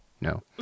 No